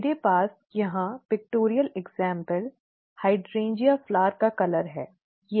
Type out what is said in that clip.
मेरे पास यहां मौजूद चित्रांकन उदाहरण हाइड्रेंजिया फूल का रंग है